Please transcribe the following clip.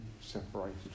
separated